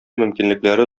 мөмкинлекләре